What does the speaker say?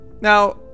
Now